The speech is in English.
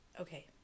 okay